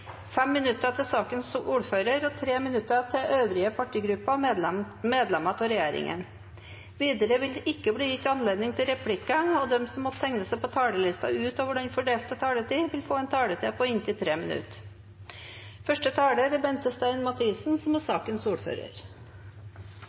minutter til hver partigruppe og 3 minutter til medlemmer av regjeringen. Videre vil det – innenfor den fordelte taletid – bli gitt anledning til inntil syv replikker med svar etter innlegg fra medlemmer av regjeringen, og de som måtte tegne seg på talerlisten utover den fordelte taletid, får også en taletid på inntil 3 minutter.